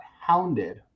hounded